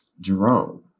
Jerome